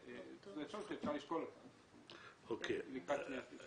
וזו אפשרות שאפשר לשקול אותה לקראת קריאה שנייה ושלישית.